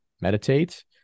meditate